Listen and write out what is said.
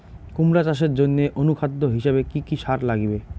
কুমড়া চাষের জইন্যে অনুখাদ্য হিসাবে কি কি সার লাগিবে?